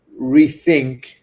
rethink